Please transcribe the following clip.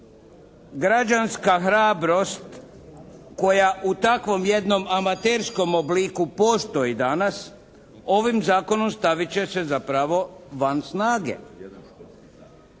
Građanska hrabrost koja u takvom jednom amaterskom obliku postoji danas ovim zakonom stavit će se zapravo van snage.